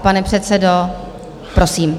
Pane předsedo, prosím.